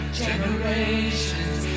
generations